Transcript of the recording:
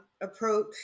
approach